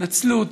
נצלו אותו.